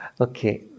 okay